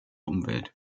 umwelt